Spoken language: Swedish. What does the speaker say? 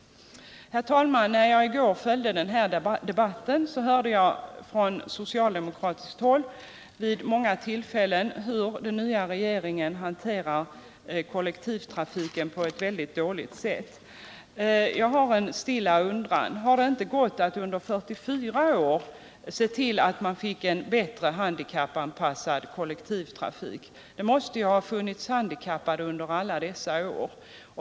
Herr talman! När jag i går följde den här debatten, hörde jag vid många tillfällen från socialdemokratiskt håll att den nya regeringen hanterar kollektivtrafiken på ett väldigt dåligt sätt. Jag har en stilla undran: Har det inte gått att under 44 år se till att vi fått en bättre handikappanpassad kollektivtrafik? Det måste ju ha funnits handikappade under alla dessa år.